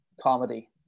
comedy